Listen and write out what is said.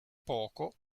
poco